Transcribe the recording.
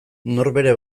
norbere